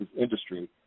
industry